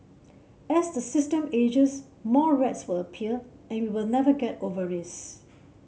as the system ages more rats will appear and we will never get over this